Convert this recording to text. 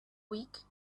week